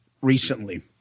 recently